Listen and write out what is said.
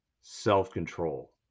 self-control